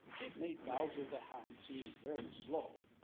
it made bowser the hound seem very slow,